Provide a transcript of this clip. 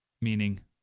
Meaning